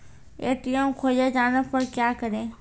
ATM खोजे जाने पर क्या करें?